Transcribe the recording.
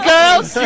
Girls